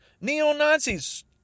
Neo-Nazis